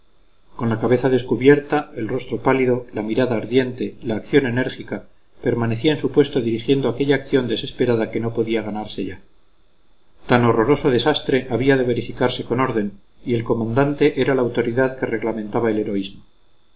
con la cabeza descubierta el rostro pálido la mirada ardiente la acción enérgica permanecía en su puesto dirigiendo aquella acción desesperada que no podía ganarse ya tan horroroso desastre había de verificarse con orden y el comandante era la autoridad que reglamentaba el heroísmo